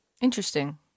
Interesting